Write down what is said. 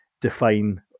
define